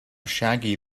shaggy